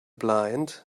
blind